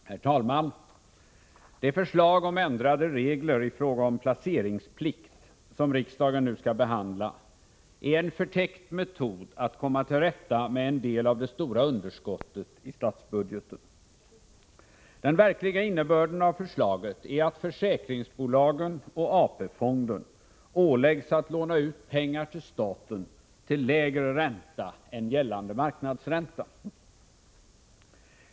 Herr talman! Det förslag om ändrade regler i fråga om placeringsplikt, som riksdagen nu skall behandla, är en förtäckt metod att komma till rätta med en del av det stora underskottet i statsbudgeten. Den verkliga innebörden av förslaget är att försäkringsbolagen och AP-fonden åläggs att låna ut pengar till staten till lägre ränta än gällande marknadsränta.